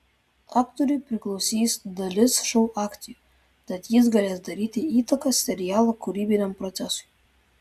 aktoriui priklausys dalis šou akcijų tad jis galės daryti įtaką serialo kūrybiniam procesui